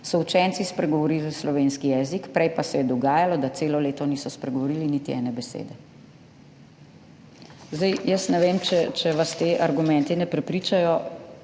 »so učenci spregovorili slovenski jezik, prej pa se je dogajalo, da celo leto niso spregovorili niti ene besede.« Jaz ne vem, če vas ti argumenti ne prepričajo,